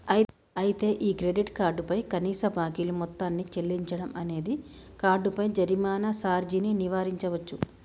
అయితే ఈ credit card పై కనీస బాకీలు మొత్తాన్ని చెల్లించడం అనేది కార్డుపై జరిమానా సార్జీని నివారించవచ్చు